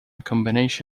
combination